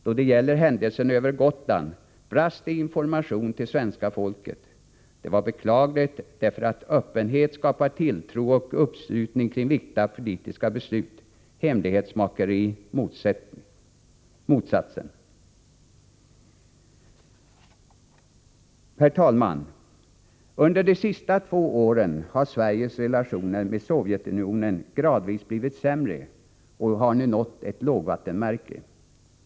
Då det gäller händelsen med flygningen över Gotland brast det i informationen till svenska folket. Det var beklagligt, därför att öppenhet skapar tilltro och uppslutning kring viktiga politiska beslut; hemlighetsmakeri skapar motsatsen. Herr talman! Under de senaste två åren har Sveriges relationer med 25 Sovjetunionen gradvis blivit sämre, och de har nu nått ett lågvattenmärke.